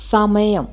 സമയം